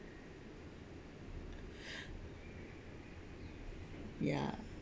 ya